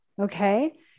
Okay